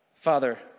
Father